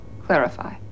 Clarify